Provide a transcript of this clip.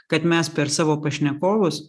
kad mes per savo pašnekovus